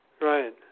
Right